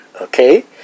Okay